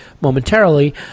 momentarily